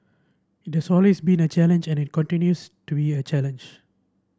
it always been a challenge and it continues to be a challenge